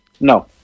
No